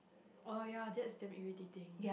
oh ya that's damn irritating